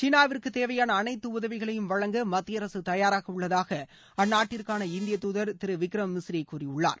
சீனாவிற்கு தேவையான அனைத்து உதவிகளையும் வழங்க மத்திய அரசு தயாராக உள்ளதாக அந்நாட்டிற்கான இந்திய தூதர் திரு விக்ரம் மிஸ்ரி கூறியுள்ளார்